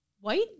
White